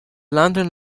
landing